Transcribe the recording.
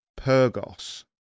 Pergos